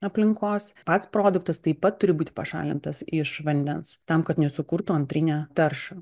aplinkos pats produktas taip pat turi būti pašalintas iš vandens tam kad nesukurtų antrinę taršą